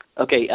Okay